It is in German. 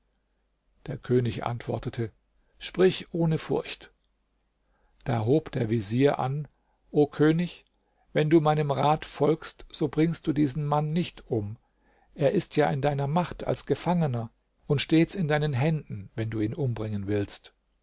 der könig antwortete sprich ohne furcht da hob der vezier an o könig wenn du meinem rat folgst so bringst du diesen mann nicht um er ist ja in deiner macht als gefangener und stets in deinen händen wenn du ihn umbringen willst